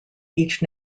each